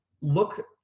look